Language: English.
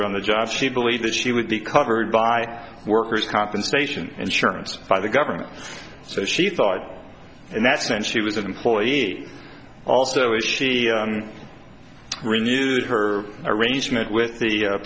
ured on the job she believed that she would be covered by the workers compensation insurance by the government so she thought and that's when she was an employee also if she renewed her arrangement with the